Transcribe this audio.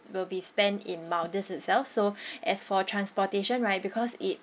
will be spent in maldives itself so as for transportation right because it